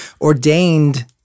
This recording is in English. ordained